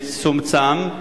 מצומצם,